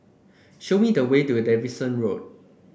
show me the way to Davidson Road